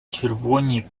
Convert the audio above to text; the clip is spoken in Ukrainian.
червоні